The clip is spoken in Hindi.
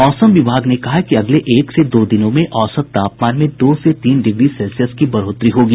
मौसम विभाग ने कहा है कि अगले एक से दो दिनों में औसत तापमान में दो से तीन डिग्री सेल्सियस की बढ़ोतरी होगी